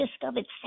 discovered